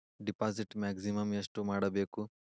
Deposit maximum ಎಷ್ಟು ಮಾಡಬೇಕು?